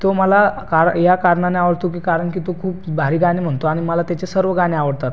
तो मला कार या कारणाने आवडतो की कारण की तो खूप भारी गाणी म्हणतो आणि मला त्याची सर्व गाणी आवडतात